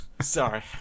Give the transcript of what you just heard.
Sorry